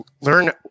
learn